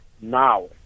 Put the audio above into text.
Now